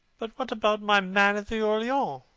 but what about my man at the orleans?